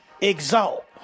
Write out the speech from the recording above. Exalt